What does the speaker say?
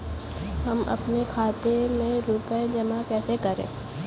हम अपने खाते में रुपए जमा कैसे करें?